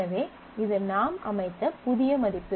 எனவே இது நாம் அமைத்த புதிய மதிப்பு